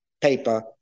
paper